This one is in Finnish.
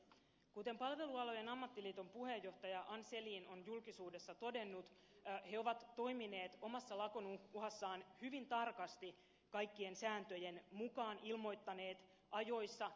kuten palvelualojen ammattiliiton puheenjohtaja ann selin on julkisuudessa todennut he ovat toimineet omassa lakon uhassaan hyvin tarkasti kaikkien sääntöjen mukaan ilmoittaneet ajoissa